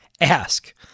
ask